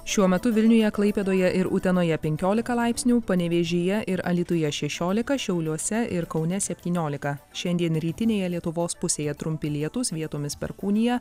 šiuo metu vilniuje klaipėdoje ir utenoje penkiolika laipsnių panevėžyje ir alytuje šešiolika šiauliuose ir kaune septyniolika šiandien rytinėje lietuvos pusėje trumpi lietūs vietomis perkūnija